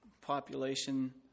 population